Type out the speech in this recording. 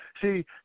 See